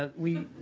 ah we